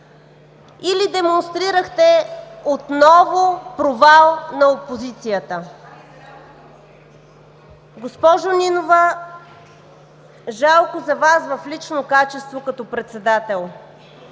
или демонстрирахте отново провал на опозицията? Госпожо Нинова, жалко за Вас в лично качество, като председател,